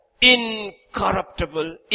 incorruptible